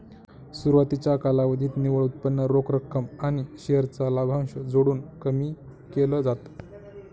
सुरवातीच्या कालावधीत निव्वळ उत्पन्न रोख रक्कम आणि शेअर चा लाभांश जोडून कमी केल जात